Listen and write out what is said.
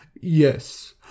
Yes